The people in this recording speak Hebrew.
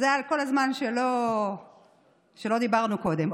זה על כל הזמן שלא דיברנו קודם.